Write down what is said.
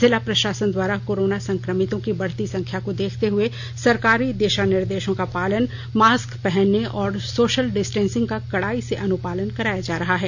जिला प्रशासन द्वारा कोरोना संक्रमितों की बढ़ती संख्या को देखते हुए सरकारी दिशा निर्देशों का पालन मास्क पहनने और सोशल डिस्टेंसिंग का कड़ाई से अनुपालन कराया जा रहा है